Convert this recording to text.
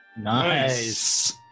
Nice